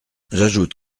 j’ajoute